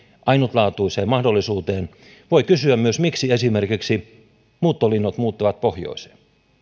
ainutlaatuiseen mahdollisuuteen voi kysyä myös miksi esimerkiksi muuttolinnut muuttavat pohjoiseen